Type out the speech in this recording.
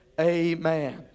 Amen